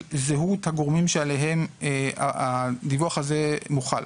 זהות הגורמים שעליהם הדיווח הזה מוחל.